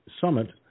summit